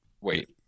wait